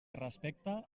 respecta